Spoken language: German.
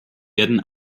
werden